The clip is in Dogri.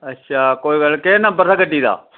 अच्छा कोई गल्ल निं केह् नम्बर हा गड्डी दा